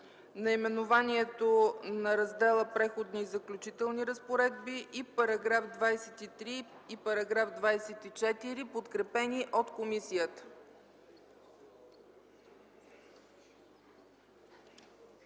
наименованието на раздела „Преходни и заключителни разпоредби” и § 23 и § 24, подкрепени от комисията.